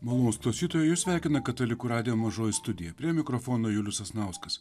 malonūs klausytojai jus sveikina katalikų radijo mažoji studija prie mikrofono julius sasnauskas